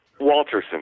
Walterson